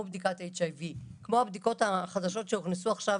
בדיקת HIV וכמו הבדיקות החדשות שנכנסו עכשיו